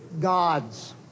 gods